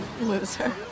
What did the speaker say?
Loser